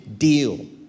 deal